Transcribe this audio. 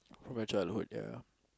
from your childhood ya